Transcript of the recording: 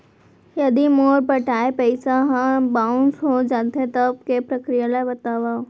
यदि मोर पटाय पइसा ह बाउंस हो जाथे, तब के प्रक्रिया ला बतावव